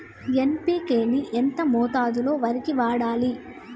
NPK ని ఎంత మోతాదులో వరికి వాడాలి?